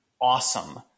awesome